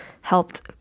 helped